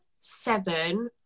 seven